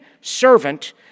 servant